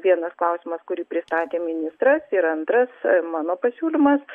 vienas klausimas kurį pristatė ministras ir antras mano pasiūlymas